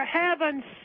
heaven's